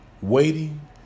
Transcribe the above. waiting